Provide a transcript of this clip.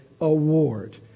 Award